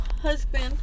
husband